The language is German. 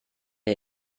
der